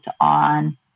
on